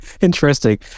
Interesting